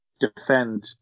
defend